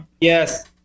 yes